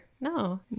no